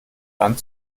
dann